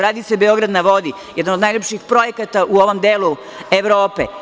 Radi „Beograd na vodi“, jedan od najlepših projekata u ovom delu Evrope.